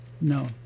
no